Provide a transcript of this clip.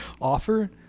offer